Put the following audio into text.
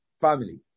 family